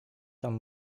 tam